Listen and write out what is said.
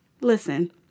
Listen